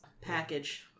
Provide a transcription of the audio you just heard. package